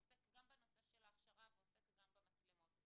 עוסק גם בנושא של הכשרה ועוסק גם במצלמות.